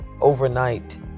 overnight